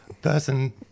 person